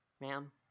ma'am